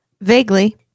vaguely